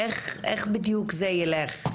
איך בדיוק זה ילך?